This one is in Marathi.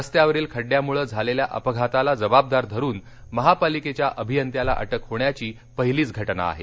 रस्त्यावरील खड्ड्यामुळं झालेल्या अपघाताला जबाबदार धरून महापालिकेच्या अभियंत्याला अटक होण्याची पहिलीच घटना आहे